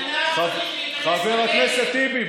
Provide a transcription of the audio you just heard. חבר הכנסת טיבי,